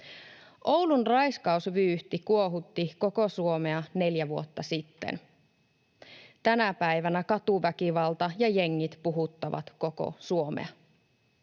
Oulun raiskausvyyhti kuohutti koko Suomea neljä vuotta sitten. Tänä päivänä katuväkivalta ja jengit puhuttavat koko Suomea.